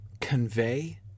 convey